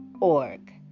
org